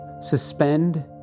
Suspend